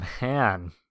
man